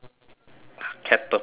capitalism